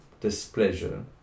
displeasure